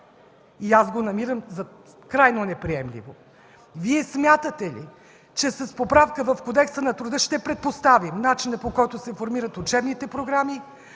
и аз го намирам за крайно неприемливо. Смятате ли, че с поправка в Кодекса на труда ще предпоставим начина, по който се формират учебните програми;